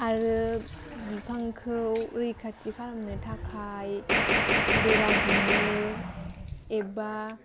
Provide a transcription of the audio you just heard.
आरो बिफांखौ रैखाथि खालामनो थाखाय बेरा दुमो एबा